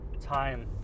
time